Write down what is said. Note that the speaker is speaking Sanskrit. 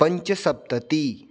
पञ्चसप्ततिः